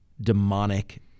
demonic